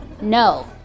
no